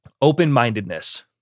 open-mindedness